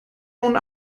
nun